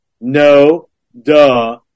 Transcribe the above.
no-duh